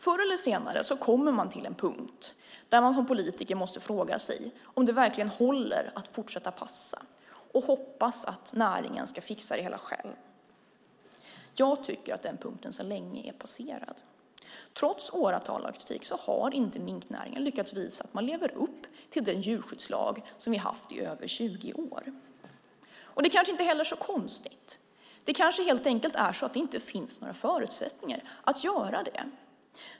Förr eller senare kommer man till en punkt där man som politiker måste fråga sig om det verkligen håller att fortsätta passa och hoppas att näringen ska fixa det hela själv. Jag tycker att denna punkt sedan länge är passerad. Trots åratal av kritik har inte minknäringen lyckats visa att den lever upp till den djurskyddslag vi har haft i över 20 år. Det kanske inte heller är så konstigt. Det kanske helt enkelt är så att det inte finns några förutsättningar att göra det.